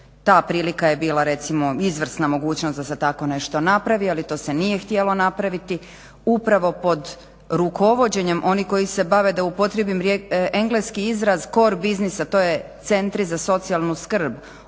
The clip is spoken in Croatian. ta prilika je bila izvrsna mogućnost da se tako nešto napravi, ali to se nije htjelo napraviti upravo pod rukovođenjem onih koji se bave da upotrijebim engleski izraz cor biznis a to je centri za socijalnu skrb,